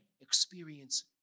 experience